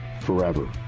forever